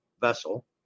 vessel